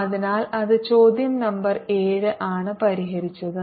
അതിനാൽ അത് ചോദ്യം നമ്പർ 7 ആണ് പരിഹരിച്ചത്